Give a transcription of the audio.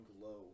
glow